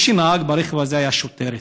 מי שנהג ברכב הזה היה שוטרת.